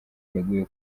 yaguye